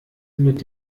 mit